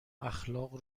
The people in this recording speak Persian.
اخلاق